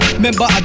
Remember